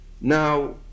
Now